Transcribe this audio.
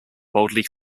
boldly